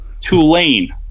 Tulane